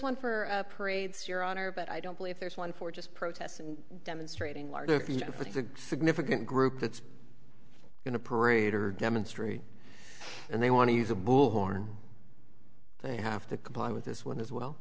one for parades your honor but i don't believe there's one for just protests and demonstrating larger but it's a significant group that's going to parade or demonstrate and they want to use a bullhorn they have to comply with this one as well